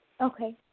Okay